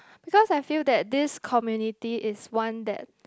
because I feel that this community is one that